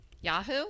Yahoo